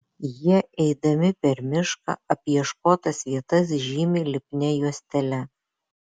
jie eidami per mišką apieškotas vietas žymi lipnia juostele